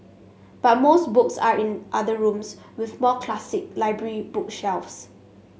but most books are in other rooms with more classic library bookshelves